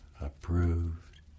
approved